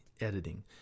editing